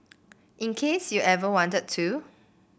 in case you ever wanted to